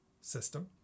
system